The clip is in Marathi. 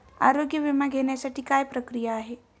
आरोग्य विमा घेण्यासाठी काय प्रक्रिया आहे?